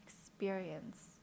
experience